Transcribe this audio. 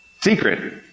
secret